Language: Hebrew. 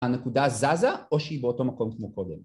‫הנקודה זזה, ‫או שהיא באותו מקום כמו קודם?